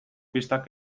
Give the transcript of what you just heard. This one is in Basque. pistak